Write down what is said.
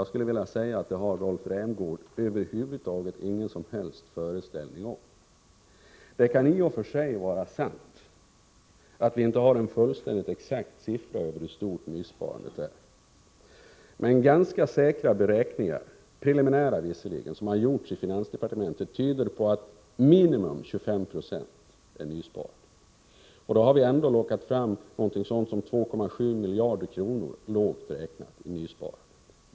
Jag skulle vilja säga att Rolf Rämgård inte har någon som helst föreställning om detta. Det kan i och för sig vara sant att vi inte har någon exakt siffra på hur stort nysparandet är. Men ganska säkra beräkningar, visserligen preliminära, som gjorts i finansdepartementet tyder på att minst 25 Jo är nysparande. Då har vi ändå lockat fram 2,7 miljarder lågt räknat i nysparande.